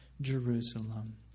Jerusalem